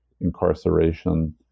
incarceration